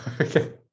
Okay